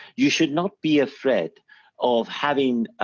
you should not be a threat of having